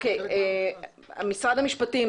כחלק מהמכרז.